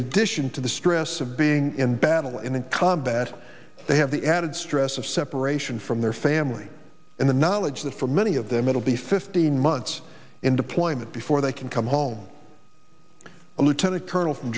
addition to the stress of being in battle and in combat they have the added stress of separation from their family and the knowledge that for many of them it'll be fifteen months in deployment before they can come home a lieutenant colonel from